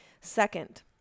Second